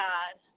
God